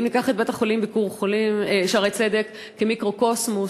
אם ניקח את בית-החולים "שערי צדק" כמיקרוקוסמוס,